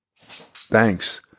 Thanks